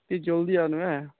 ଟିକେ ଜଲ୍ଦି ଆନବେ